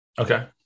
Okay